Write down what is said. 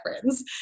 friends